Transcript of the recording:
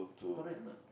correct or not